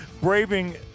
braving